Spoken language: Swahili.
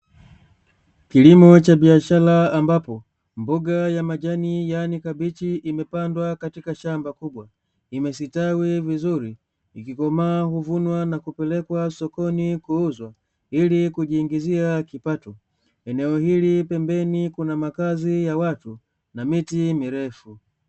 Kilimo cha biashara ambapo, mboga ya majani yaani kabichi imepandwa katika shamba kubwa. Imestawi vizuri, ikikomaa huvunwa na kupelekwa sokoni kuuzwa ili kujiingizia kipato. Eneo hili pembeni kuna makazi ya watu, na miti mirefu.